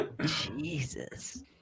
Jesus